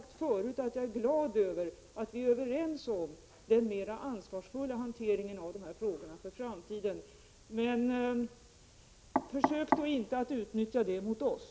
Jag har förut sagt att jag är glad över att vi är överens om den mera ansvarsfulla hanteringen av dessa frågor för framtiden. Försök nu bara inte att utnyttja detta mot oss.